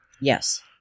yes